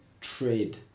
trade